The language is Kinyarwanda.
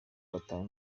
batanu